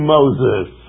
Moses